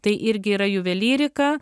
tai irgi yra juvelyrika